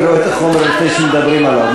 ממתי הייתה חובה לקרוא את החומר לפני שמדברים עליו?